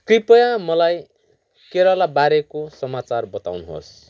कृपया मलाई केरलाबारेको समाचार बताउनुहोस्